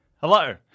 hello